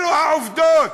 אלו העובדות.